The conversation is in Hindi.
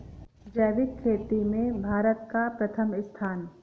जैविक खेती में भारत का प्रथम स्थान